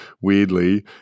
weirdly